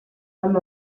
amb